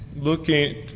looking